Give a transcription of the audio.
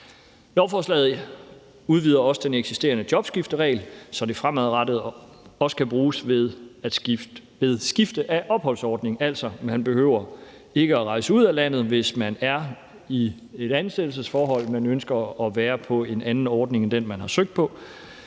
Lovforslaget udvider også den eksisterende jobskifteregel, så det fremadrettet også kan bruges ved skift af opholdsordning. Man behøver altså ikke at rejse ud af landet, hvis man er i et ansættelsesforhold, men ønsker at være på en anden ordning end den, man har søgt på.